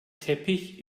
teppich